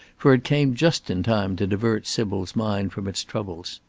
for it came just in time to divert sybil's mind from its troubles.